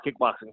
kickboxing